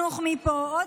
מפה,